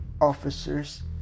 officers